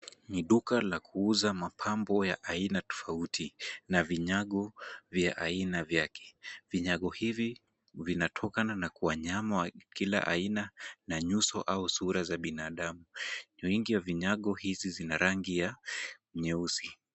Ni duka la kuuza mapambo ya aina tofauti na vinyago vya aina vyake. Vinyago hivi vinatokana na kwa wanyama wa kila aina na nyuso au sura za binadamu. vingi vya vinyago hizi zina rangi ya nyeusi.